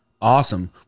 awesome